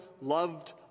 loved